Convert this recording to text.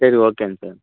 சரி ஓகேங்க சார்